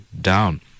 down